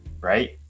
right